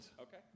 Okay